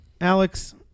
Alex